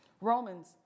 Romans